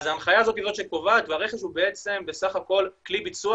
ההנחיה היא זאת שקובעת והרכש הוא בעצם בסך הכל כלי ביצוע